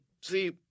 see